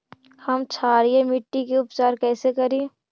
हम क्षारीय मिट्टी के उपचार कैसे करी?